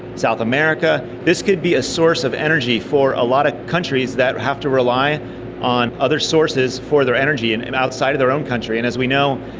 south america. this could be a source of energy for a lot of countries that have to rely on other sources for their energy and and outside of their own country. and as we know,